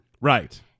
Right